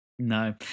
No